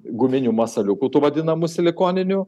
guminių masaliukų tų vadinamų silikoninių